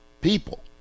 people